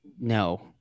No